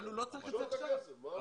אבל הוא לא צריך את הכסף עכשיו.